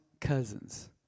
cousins